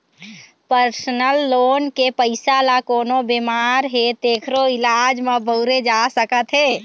personal loan के पइसा ल कोनो बेमार हे तेखरो इलाज म बउरे जा सकत हे